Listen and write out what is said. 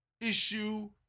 issue